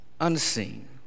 unseen